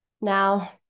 Now